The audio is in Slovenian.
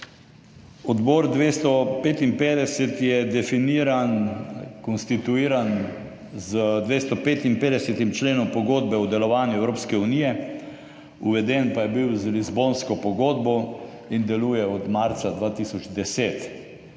Odbor 255 je definiran, konstituiran z 255. členom Pogodbe o delovanju Evropske unije, uveden pa je bil z Lizbonsko pogodbo in deluje od marca 2010.